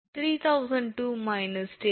எனவே 𝑥1 3002−10 × 5764